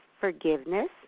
forgiveness